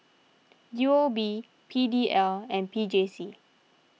U O B P D L and P J C